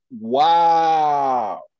wow